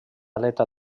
aleta